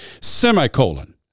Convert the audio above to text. semicolon